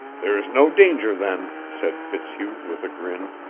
there's no danger, then, said fitzhugh with a grin.